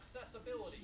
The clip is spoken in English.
Accessibility